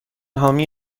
حامی